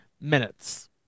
minutes